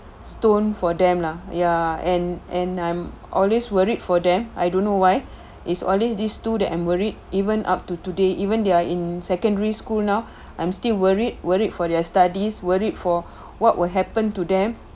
stone for them lah ya and and I'm always worried for them I don't know why is always these two that I'm worried even up to today even they're in secondary school now I'm still worried worried for their studies worried for what will happen to them